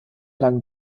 lang